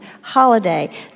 holiday